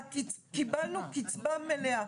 קיבלנו קצבה מלאה.